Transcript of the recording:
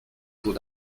taux